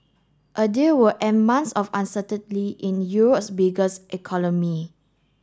a deal would end months of uncertainty in Europe's biggest economy